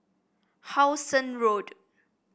How Sun Road